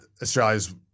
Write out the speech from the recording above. Australia's